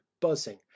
buzzing